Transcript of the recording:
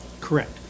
Correct